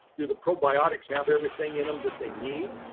do the probiotics have everything in them that they need?